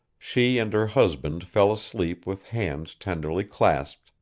she and her husband fell asleep with hands tenderly clasped,